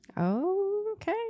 Okay